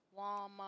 Walmart